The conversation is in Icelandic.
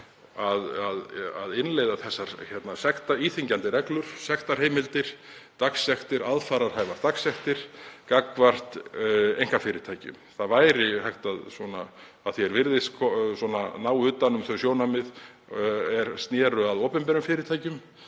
að innleiða þessar íþyngjandi reglur, sektarheimildir, dagsektir, aðfararhæfar dagsektir, gagnvart einkafyrirtækjum. Það sé hægt, að því er virðist, að ná utan um þau sjónarmið er snúa að opinberum fyrirtækjum